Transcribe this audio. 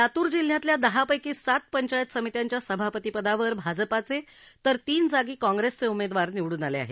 लातूर जिल्ह्यातल्या दहा पैकी सात पंचायत समित्यांच्या सभापतीपदावर भाजपाचे तर तीन जागी काँग्रेसचे उमेदवार निवडून आले आहेत